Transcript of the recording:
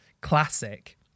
classic